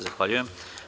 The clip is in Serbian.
Zahvaljujem.